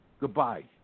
Goodbye